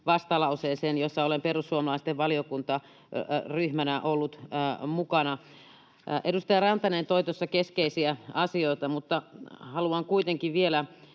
vastalauseeseen, jossa olen ollut mukana perussuomalaisten valiokuntaryhmässä. Edustaja Rantanen toi tuossa keskeisiä asioita, mutta haluan kuitenkin vielä